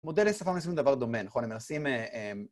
מודלי שפה עושים דבר דומה, נכון? הם עושים...